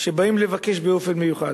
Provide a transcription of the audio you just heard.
כשבאים לבקש באופן מיוחד.